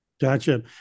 Gotcha